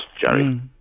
Jerry